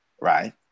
right